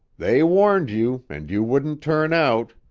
they warned you, and you wouldn't turn out.